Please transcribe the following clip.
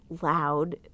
loud